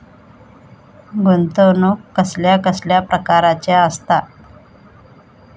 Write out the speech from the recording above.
गुंतवणूक कसल्या कसल्या प्रकाराची असता?